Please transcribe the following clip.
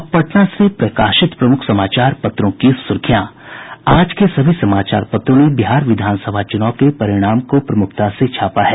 अब पटना से प्रकाशित प्रमुख समाचार पत्रों की सुर्खियां आज के सभी समाचार पत्रों ने बिहार विधानसभा चुनाव के परिणाम को प्रमुखता से छापा है